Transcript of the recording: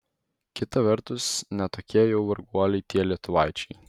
kita vertus ne tokie jau varguoliai tie lietuvaičiai